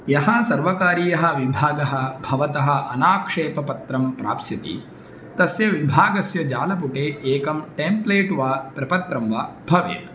यः सर्वकारीयः विभागः भवतः अनाक्षेपपत्रं प्राप्स्यति तस्य विभागस्य जालपुटे एकं टेम्प्लेट् वा प्रपत्रं वा भवेत्